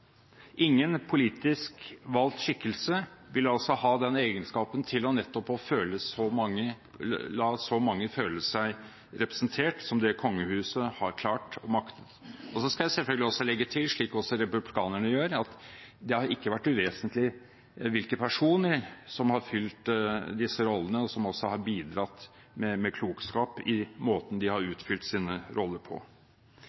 Ingen politisk valgt skikkelse ville altså hatt den egenskapen til nettopp å la så mange føle seg representert, som det kongehuset har klart og maktet. Så skal jeg selvfølgelig også legge til, som republikanerne gjør, at det ikke har vært uvesentlig hvilke personer som har fylt disse rollene, og som også har bidratt med klokskap ved måten de har